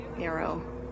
arrow